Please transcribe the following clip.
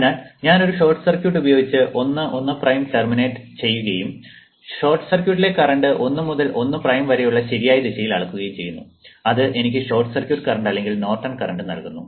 അതിനാൽ ഞാൻ ഒരു ഷോർട്ട് സർക്യൂട്ട് ഉപയോഗിച്ച് 1 1 പ്രൈം ടെർമിനേറ്റ് ചെയ്യുകയും ഷോർട്ട് സർക്യൂട്ടിലെ കറന്റ് 1 മുതൽ 1 പ്രൈം വരെയുള്ള ശരിയായ ദിശയിൽ അളക്കുകയും ചെയ്യുന്നു അത് എനിക്ക് ഷോർട്ട് സർക്യൂട്ട് കറന്റ് അല്ലെങ്കിൽ നോർട്ടൺ കറന്റ് നൽകുന്നു